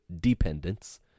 dependence